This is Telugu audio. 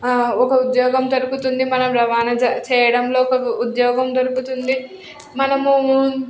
ఒక ఉద్యోగం దొరుకుతుంది మనం రవాణా చ చేయడంలో ఒక ఉద్యోగం దొరుకుతుంది మనమూ